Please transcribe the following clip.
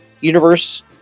universe